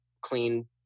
clean